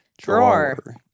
Drawer